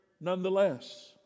nonetheless